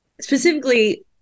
specifically